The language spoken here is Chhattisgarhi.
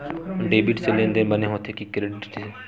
डेबिट से लेनदेन बने होथे कि क्रेडिट से?